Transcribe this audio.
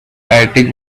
attic